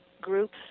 groups